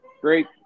great